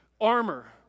armor